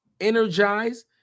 energize